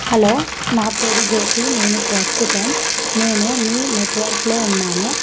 hello నా పేరు జ్యోతి నేను ప్రస్తుతం నేను మీ నెట్వర్క్లో ఉన్నాను